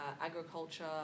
agriculture